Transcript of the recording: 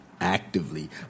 actively